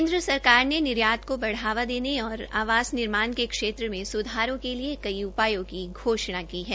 केन्द्र सरकार ने निर्यात को बढावा देने और आवास निर्माण के क्षेत्र में सुधारों के लिए कई उपायों की घोषणा की है